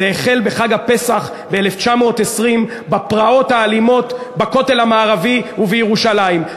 זה החל בחג הפסח ב-1920 בפרעות האלימות בכותל המערבי ובירושלים.